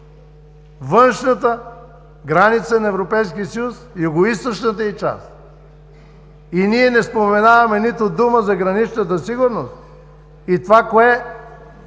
външната граница на Европейския съюз, югоизточната й част. Ние не споменаваме нито дума за граничната сигурност и това, което